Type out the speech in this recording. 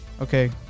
okay